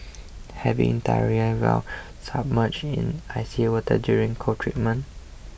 having diarrhoea while submerged in icy water during cold treatment